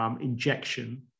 Injection